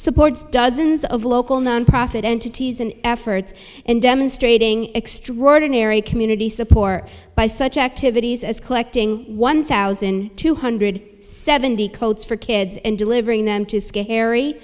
supports dozens of local nonprofit entities and efforts and demonstrating extraordinary community support by such activities as collecting one thousand two hundred seventy coats for kids and delivering them to scary